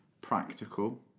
Practical